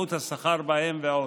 התפתחות השכר בהם ועוד,